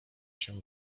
się